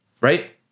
Right